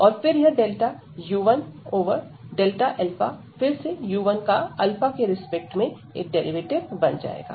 और फिर यह डेल्टा u1 ओवर डेल्टा फिर से u1 का के रिस्पेक्ट में एक डेरिवेटिव बन जाएगा